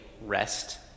rest